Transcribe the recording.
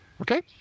okay